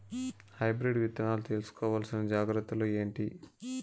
Hybrid విత్తనాలు తీసుకోవాల్సిన జాగ్రత్తలు ఏంటి?